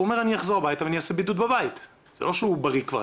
הוא אומר 'אני אחזור הביתה ואני אעשה בידוד בבית' זה לא שהוא בריא כבר,